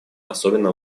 особенно